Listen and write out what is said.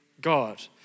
God